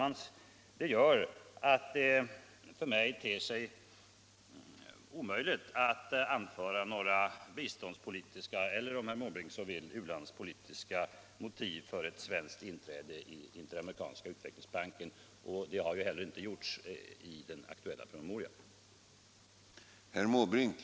Allt detta gör att det enligt min mening knappast går att anföra några biståndspolitiska eller — om herr Måbrink så vill — u-lands banken. Det har ju heller inte gjorts i den aktuella promemorian. Fredagen den